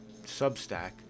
Substack